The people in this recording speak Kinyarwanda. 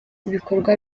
ibikorwa